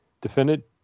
defendant